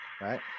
right